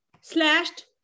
slashed